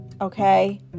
okay